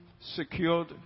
secured